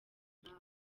nkawe